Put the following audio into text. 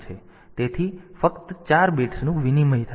તેથી ફક્ત 4 બિટ્સનું વિનિમય થાય છે